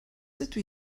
dydw